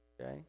Okay